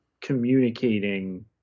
communicating